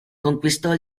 conquistò